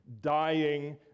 dying